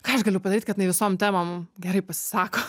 ką aš galiu padaryt kad jinai visom temom gerai pasisako